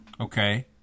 Okay